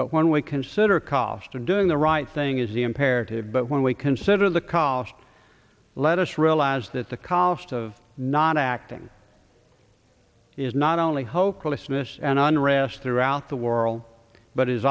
but when we consider cost of doing the right thing is the imperative but when we consider the cost let us realize that the cost of not acting is not only hopelessness and unrest throughout the world but it